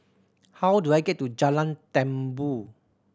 how do I get to Jalan Tambur